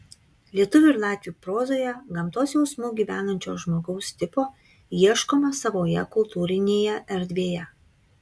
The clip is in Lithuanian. lietuvių ir latvių prozoje gamtos jausmu gyvenančio žmogaus tipo ieškoma savoje kultūrinėje erdvėje